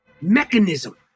mechanism